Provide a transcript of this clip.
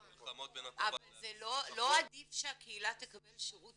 עם המלחמות בין הקופה ל --- לא עדיף שהקהילה תקבל שירות